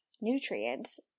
nutrients